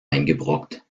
eingebrockt